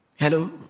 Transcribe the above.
Hello